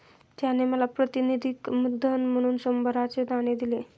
त्याने मला प्रातिनिधिक धन म्हणून शंभराचे नाणे दिले